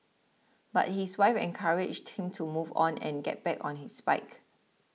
but his wife encouraged him to move on and get back on his bike